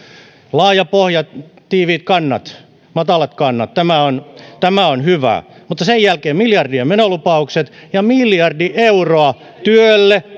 laaja pohja tiiviit kannat matalat kannat on hyvä niin sen jälkeen annatte miljardien menolupaukset ja miljardi euroa työlle